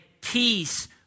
Peace